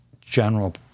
general